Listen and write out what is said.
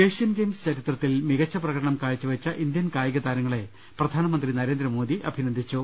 Asian games ചരിത്രത്തിൽ മികച്ച പ്രകടനം കാഴ്ചവെച്ച ഇന്ത്യൻ കായികതാരങ്ങളെ പ്രധാനമന്ത്രി നരേന്ദ്രമോദി അഭിനന്ദിച്ചു